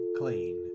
clean